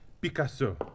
Picasso